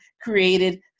created